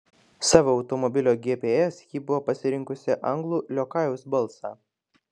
savo automobilio gps ji buvo pasirinkusi anglų liokajaus balsą